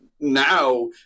now